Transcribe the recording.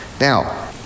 Now